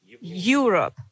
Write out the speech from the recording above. europe